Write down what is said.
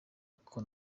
uko